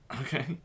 okay